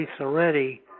already